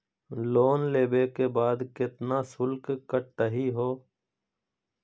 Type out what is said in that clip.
Loan लेवे के बाद केतना शुल्क कटतही हो?